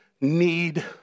need